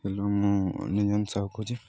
ହେଲୁ ମୁଁ ନିଜନ ସାହୁ କହୁଛି